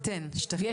אתן, שתיכן.